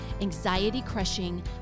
anxiety-crushing